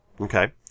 Okay